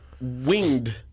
winged